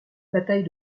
bataille